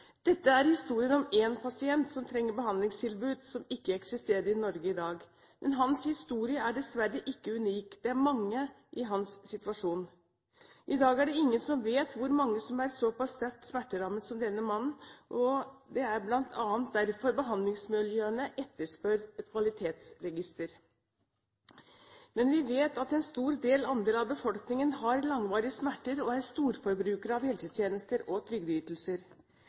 Dette er historien om en pasient som trenger et behandlingstilbud som ikke eksisterer i Norge i dag. Hans historie er dessverre ikke unik, det er mange i hans situasjon. I dag er det ingen som vet hvor mange som er såpass sterkt smerterammet som denne mannen, og det er bl.a. derfor behandlingsmiljøene etterspør et kvalitetsregister. Men vi vet at en stor andel av befolkningen har langvarige smerter og er storforbrukere av helsetjenester og trygdeytelser.